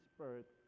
Spirit